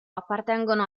appartengono